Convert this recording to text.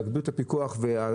שם להגביר את הפיקוח וההרתעה